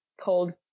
called